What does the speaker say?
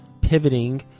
pivoting